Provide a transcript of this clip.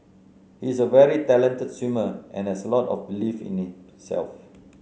he is a very talented swimmer and has a lot of belief in self